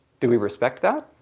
do we respect that?